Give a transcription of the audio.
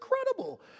incredible